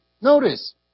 notice